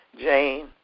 Jane